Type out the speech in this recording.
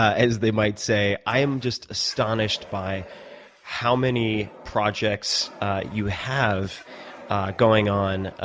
as they might say. i am just astonished by how many projects you have going on, ah